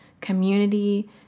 community